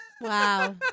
Wow